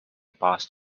past